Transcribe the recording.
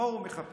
מה הוא מחפש?